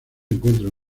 encuentran